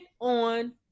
on